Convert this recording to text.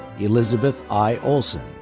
elizabeth i. olson.